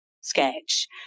sketch